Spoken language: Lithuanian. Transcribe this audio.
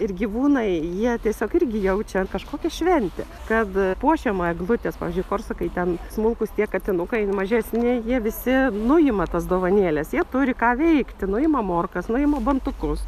ir gyvūnai jie tiesiog irgi jaučia kažkokią šventę kad puošiama eglutės pavyzdžiui korsakai ten smulkūs tie katinukai mažesni jie visi nuima tas dovanėles jie turi ką veikti nuima morkas nuima bantukus